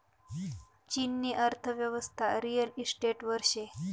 चीननी अर्थयेवस्था रिअल इशटेटवर शे